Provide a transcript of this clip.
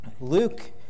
Luke